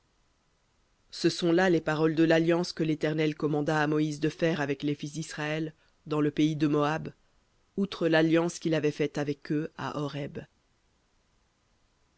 ce sont là les paroles de l'alliance que l'éternel commanda à moïse de faire avec les fils d'israël dans le pays de moab outre l'alliance qu'il avait faite avec eux à